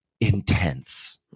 Intense